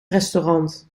restaurant